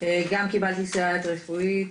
גם קיבלתי סייעת רפואית.